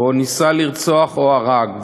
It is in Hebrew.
או ניסה לרצוח או הרג,